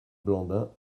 blandin